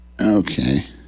Okay